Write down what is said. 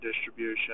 distribution